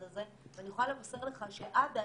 הזה ואני יכולה לבשר לך שעד הערב,